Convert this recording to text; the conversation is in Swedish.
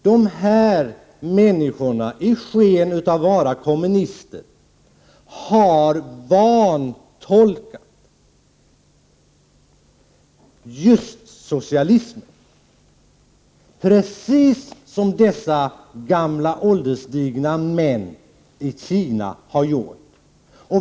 De här människorna har i sken av att vara kommunister vantolkat just socialismen, precis som de ålderstigna männen i Kina har gjort.